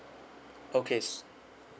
okay